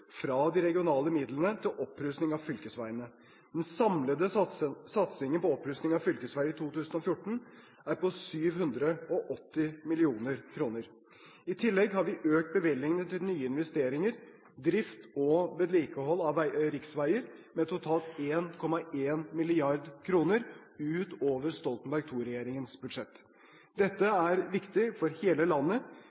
fra de regionale midlene til opprusting av fylkesveiene. Den samlede satsingen på opprusting av fylkesveiene i 2014 er på 780 mill. kr. I tillegg har vi økt bevilgningene til nye investeringer, drift og vedlikehold av riksveier med totalt 1,1 mrd. kr utover Stoltenberg II-regjeringens budsjett. Dette